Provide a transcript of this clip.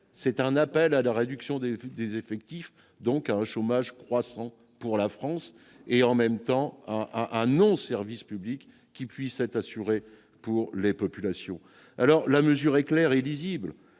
c'est un appel à la réduction des des effectifs donc un chômage croissant pour la France, et en même temps, a annoncé, service public, qui puisse être assurée pour les populations alors la mesure est clair et lisible